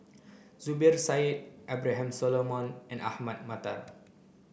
Zubir Said Abraham Solomon and Ahmad Mattar